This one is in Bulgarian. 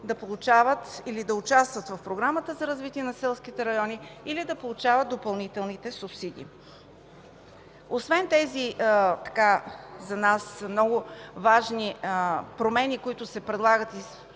да получават или да участват в Програмата за развитие на селските райони или да получават допълнителните субсидии. Освен тези много важни промени, за нас, които се предлагат,